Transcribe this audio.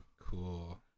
Cool